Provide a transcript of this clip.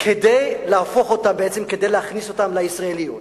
כדי להפוך אותם, בעצם כדי להכניס אותם לישראליות.